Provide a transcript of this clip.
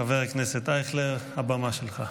חבר הכנסת אייכלר, הבמה שלך.